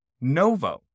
Novo